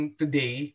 today